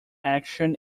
action